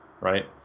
right